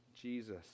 Jesus